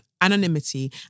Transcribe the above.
anonymity